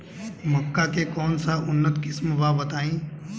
मक्का के कौन सा उन्नत किस्म बा बताई?